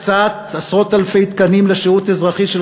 הקצאת עשרות-אלפי תקנים לשירות אזרחי של